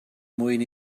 mwyn